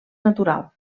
natural